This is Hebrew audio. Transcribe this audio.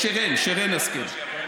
שרן, שרן השכל.